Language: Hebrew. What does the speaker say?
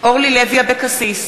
אורלי לוי אבקסיס,